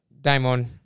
Damon